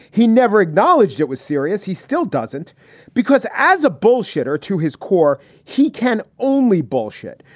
he never acknowledged it was serious. he still doesn't because as a bullshitter to his core, he can only bullshit,